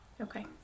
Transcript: Okay